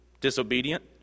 disobedient